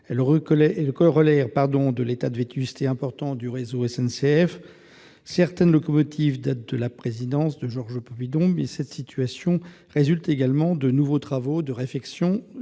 est le corollaire de l'état de vétusté important du réseau SNCF- certaines locomotives datent de la présidence de Georges Pompidou -, mais également de nouveaux travaux de réfection